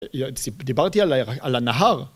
דיברתי על הנהר!